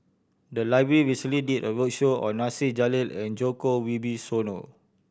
the library recently did a roadshow on Nasir Jalil and Djoko Wibisono